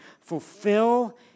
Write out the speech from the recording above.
fulfill